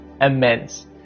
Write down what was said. immense